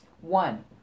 One